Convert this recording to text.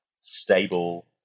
stable